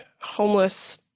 homeless